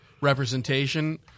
representation